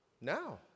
now